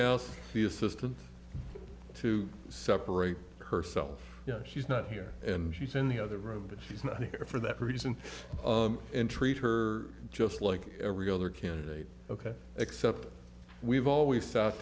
the assistant to separate herself she's not here and she's in the other room but she's not here for that reason and treat her just like every other candidate ok except we've always sat